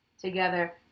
together